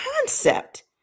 concept